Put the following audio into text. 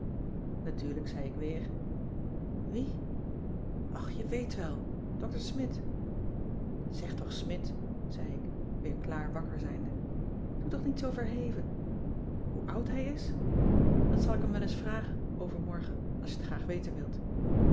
natuurlijk zei ik weer wie och je weet wel dr smidt zeg toch smidt zei ik weer klaar wakker zijnde doe toch niet zoo verheven hoe oud hij is dat zal ik hem wel eens vragen overmorgen als je t graag weten wilt